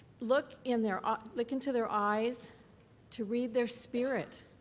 look in their ah look into their eyes to read their spirit,